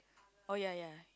oh ya ya